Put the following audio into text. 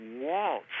Walt